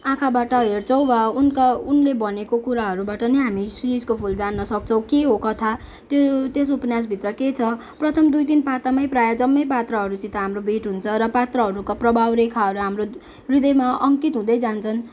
आँखाबाट हेर्छौँ वा उनका उनले भनेका कुराहरूबाट नै हामी शिरीषको फुल जान्न सक्छौँ के हो कथा त्य त्यस उपन्यासभित्र के छ प्रथम दुई तिन पातामै प्राय जम्मै पात्रहरूसित हाम्रो भेट हुन्छ र पात्रहरूको प्रभाव रेखाहरू हाम्रो ह्रदयमा अङ्कित हुँदै जान्छन्